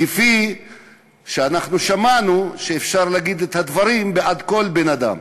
כפי שאנחנו שמענו שאפשר להגיד את הדברים בעד כל בן-אדם.